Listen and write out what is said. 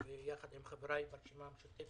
יחד עם חבריי ברשימה המשתפת